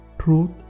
Truth